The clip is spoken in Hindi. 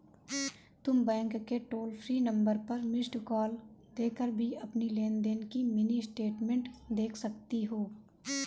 तुम बैंक के टोल फ्री नंबर पर मिस्ड कॉल देकर भी अपनी लेन देन की मिनी स्टेटमेंट देख सकती हो